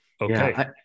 Okay